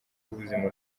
rw’ubuzima